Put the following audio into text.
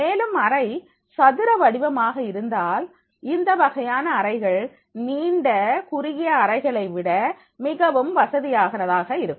மேலும் அறை சதுர வடிவமாக இருந்தால் இந்த வகையான அறைகள் நீண்ட குறுகிய அறைகளை விட அதிக வசதியானதாக இருக்கும்